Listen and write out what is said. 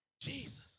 Jesus